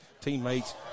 teammates